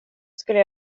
skulle